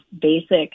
basic